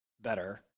better